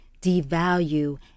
devalue